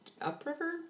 upriver